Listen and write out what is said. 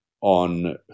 on